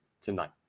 tonight